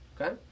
Okay